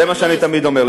זה מה שאני תמיד אומר,